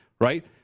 Right